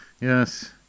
Yes